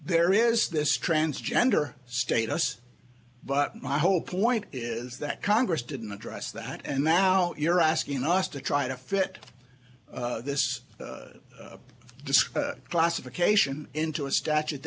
there is this transgender status but my whole point is that congress didn't address that and now you're asking us to try to fit this discussion classification into a statute